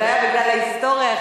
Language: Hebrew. זה היה בגלל ההיסטוריה,